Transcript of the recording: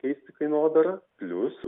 keisti kainodarą plius